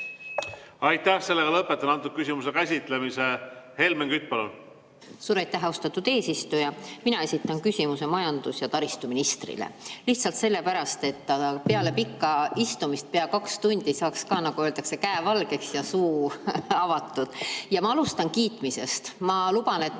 Kütt, palun! Lõpetan selle küsimuse käsitlemise. Helmen Kütt, palun! Suur aitäh, austatud eesistuja! Mina esitan küsimuse majandus‑ ja taristuministrile, lihtsalt sellepärast, et ta peale pikka istumist, pea kaks tundi, saaks ka, nagu öeldakse, käe valgeks ja suu avatud. Ja ma alustan kiitmisest. Ma luban, et ma